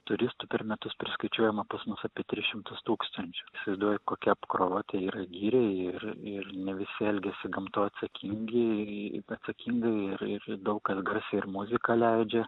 turistų per metus priskaičiuojama pas mus apie tris šimtus tūkstančių įsivaizduojat kokia apkrova tai yra giriai ir ir ne visi elgiasi gamtoj atsakingi atsakingai ir ir daug kas garsiai ir muziką leidžia